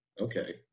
Okay